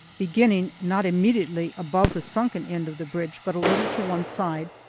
beginning, not immediately above the sunken end of the bridge, but a little to one side,